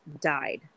died